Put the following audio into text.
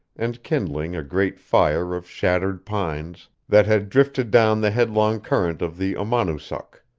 and kindling a great fire of shattered pines, that had drifted down the headlong current of the amonoosuck,